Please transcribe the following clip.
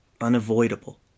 unavoidable